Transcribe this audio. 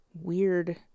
weird